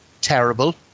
terrible